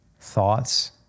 Thoughts